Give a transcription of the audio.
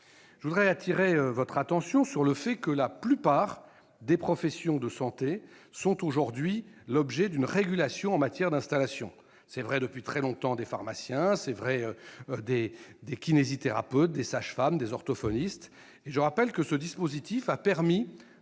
Je veux également attirer votre attention sur le fait que la plupart des professions de santé sont aujourd'hui l'objet d'une régulation en matière d'installation. C'est vrai depuis longtemps des pharmaciens, des kinésithérapeutes, des sages-femmes, des orthophonistes. Je rappelle que ce dispositif a permis